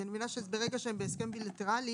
כי אני מבינה שברגע שהם בהסכם בילטרלי